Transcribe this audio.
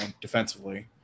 defensively